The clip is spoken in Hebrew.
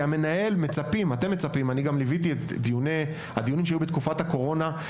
אני ליוויתי את הדיונים שהיו בתקופת הקורונה,